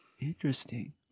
interesting